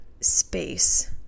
space